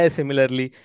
Similarly